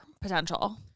potential